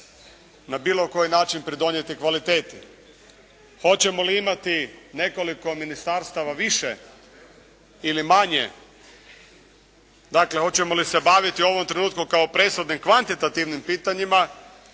na bilo koji način pridonijeti kvaliteti. Hoćemo li imati nekoliko ministarstava više ili manje, dakle hoćemo li se baviti u ovom trenutku kao presudnim kvantitativnim pitanjima